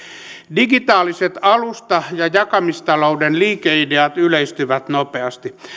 digitaaliset alusta ja jakamistalouden liikeideat yleistyvät nopeasti